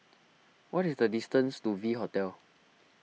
what is the distance to V Hotel